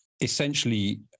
essentially